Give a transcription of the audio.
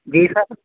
जी sir